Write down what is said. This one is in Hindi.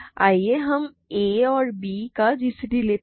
आइए हम a और b का gcd लेते हैं